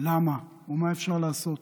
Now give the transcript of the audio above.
למה ומה אפשר לעשות.